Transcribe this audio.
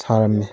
ꯁꯥꯔꯝꯃꯤ